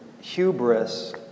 hubris